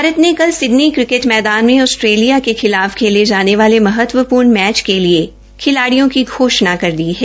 भारत ने कल Sydney cricket मैदान में आस्ट्रेलिया के खिलाफ खेले जाने महत्वपूर्ण मैच के लिए खिलाड़ियों की घोषणा कर दी है